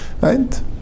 right